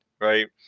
right